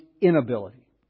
inability